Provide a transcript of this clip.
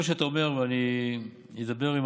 מה שאתה אומר, אני אדבר עם